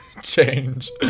change